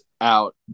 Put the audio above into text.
out